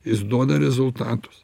jis duoda rezultatus